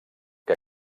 que